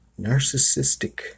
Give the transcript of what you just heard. narcissistic